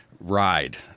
ride